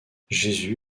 jésus